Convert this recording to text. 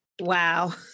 Wow